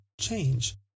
change